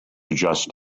just